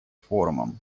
форумом